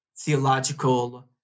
theological